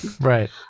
right